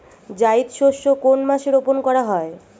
জায়িদ শস্য কোন মাসে রোপণ করা হয়?